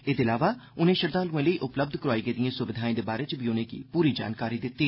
एदे इलावा उनें श्रद्वालुएं लेई उपलब्ध कराई गेदियें सुविधाएं दे बारै च बी उनेंगी पूरी जानकारी दिती